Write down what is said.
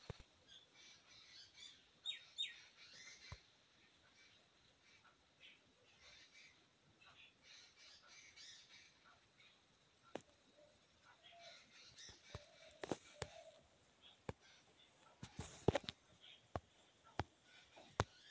ನನಗೆ ಕೃಷಿ ಸಾಲ ಬೇಕು ನೀವು ಕೊಡ್ತೀರಾ?